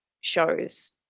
shows